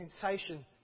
sensation